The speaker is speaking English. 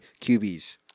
QBs